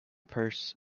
purse